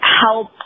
help